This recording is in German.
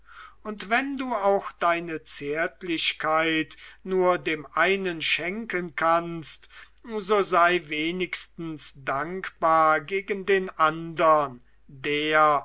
und wenn du auch deine zärtlichkeit nur dem einen schenken kannst so sei wenigstens dankbar gegen den andern der